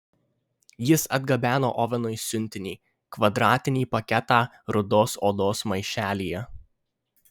jis atgabeno ovenui siuntinį kvadratinį paketą rudos odos maišelyje